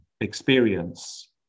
experience